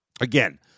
Again